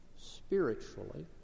spiritually